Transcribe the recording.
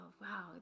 wow